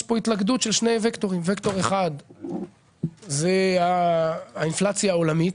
יש פה התלכדות של שני וקטורים: וקטור אחד זה האינפלציה העולמית.